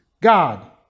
God